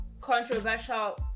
controversial